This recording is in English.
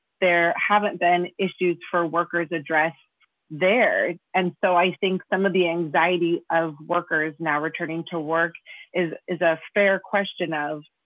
there haven't been issues for workers addressed there. and so i think some of the anxiety of workers now returning to work is is a fair question of,